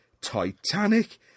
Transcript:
Titanic